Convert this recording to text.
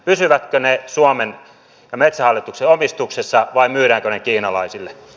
pysyvätkö ne suomen ja metsähallituksen omistuksessa vai myydäänkö ne kiinalaisille